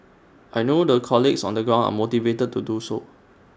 I know the colleagues on the ground are motivated to do so